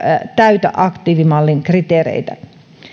täytä aktiivimallin kriteereitä